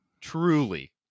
Truly